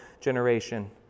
generation